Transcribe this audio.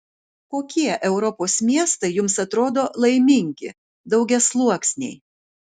kokie europos miestai jums atrodo laimingi daugiasluoksniai